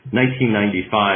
1995